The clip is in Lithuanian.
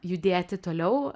judėti toliau